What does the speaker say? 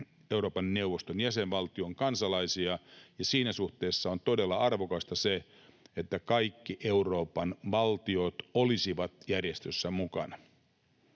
Euroopan neuvoston jäsenvaltion kansalaisia, ja siinä suhteessa on todella arvokasta se, että kaikki Euroopan valtiot olisivat järjestössä mukana.